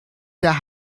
der